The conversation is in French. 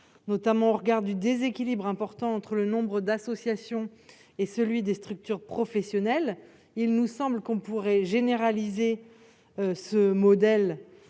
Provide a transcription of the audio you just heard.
notamment au regard du déséquilibre important entre le nombre d'associations et celui des structures professionnelles. Il nous semble que l'on pourrait généraliser ce modèle,